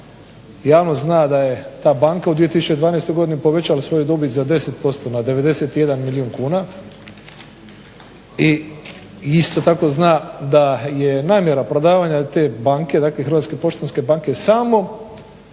Javnost zna da je ta banka u 2012. Godini povećala svoju dobit za 10% na 91 milijun kuna i isto tako zna da je namjera prodavanja te banke dakle Hrvatske poštanske banke samo